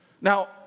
Now